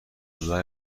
دادن